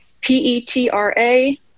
p-e-t-r-a